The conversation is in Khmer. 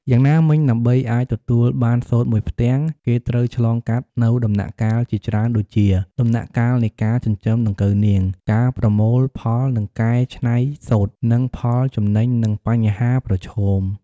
យ៉ាងណាមិញ ដើម្បីអាចទទួលបានសូត្រមួយផ្ទាំង គេត្រូវឆ្លងកាត់នូវដំណាក់កាលជាច្រើនដូចជា៖ ដំណាក់កាលនៃការចិញ្ចឹមដង្កូវនាង ការប្រមូលផលនិងកែច្នៃសូត្រ និងផលចំណេញនិងបញ្ហាប្រឈម។